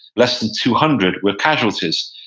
less than two hundred were casualties.